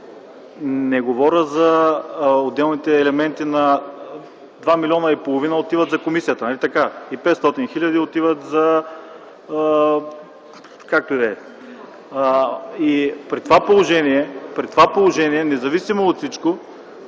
Не говоря за отделните елементи. Два милиона и половина отиват за комисията, нали така? И 500 хил. отиват…, както и да е. При това положение, независимо от всичко